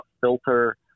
filter